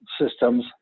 systems